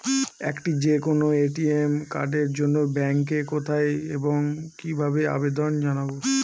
একটি যে কোনো এ.টি.এম কার্ডের জন্য ব্যাংকে কোথায় এবং কিভাবে আবেদন জানাব?